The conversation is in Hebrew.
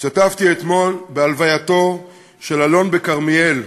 השתתפתי אתמול בהלווייתו של אלון בכרמיאל,